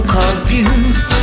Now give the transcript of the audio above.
confused